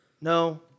No